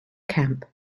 camp